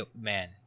man